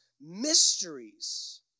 mysteries